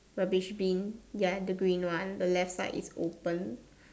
rubbish been ya the green one the left side is open